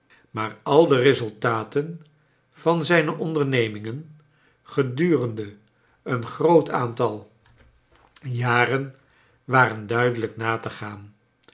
maar al de resultaten van zijne ondernemingen gedurende een groot aantal jaren waren duidelijk na te gaan